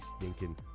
stinking